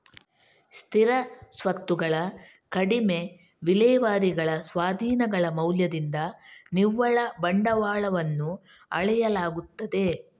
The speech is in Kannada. ಸ್ಥಿರ ಸ್ವತ್ತುಗಳ ಕಡಿಮೆ ವಿಲೇವಾರಿಗಳ ಸ್ವಾಧೀನಗಳ ಮೌಲ್ಯದಿಂದ ನಿವ್ವಳ ಬಂಡವಾಳವನ್ನು ಅಳೆಯಲಾಗುತ್ತದೆ